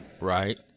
Right